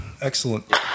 Excellent